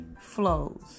flows